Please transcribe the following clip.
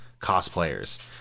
cosplayers